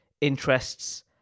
interests